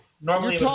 normally